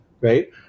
right